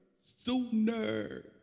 Sooner